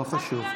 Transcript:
לא חשוב.